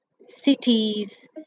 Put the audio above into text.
cities